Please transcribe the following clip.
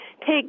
take